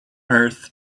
earth